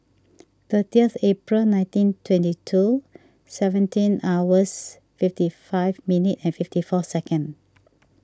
thirtyth April nineteen twenty two seventeen hours fifty five minute and fifty four second